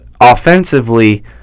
offensively